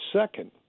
Second